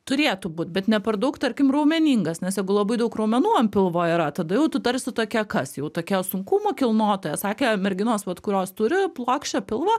turėtų būt bet ne per daug tarkim raumeningas nes jeigu labai daug raumenų ant pilvo yra tada jau tu tarsi tokia kas jau tokia sunkumų kilnotoja sakė merginos vat kurios turi plokščią pilvą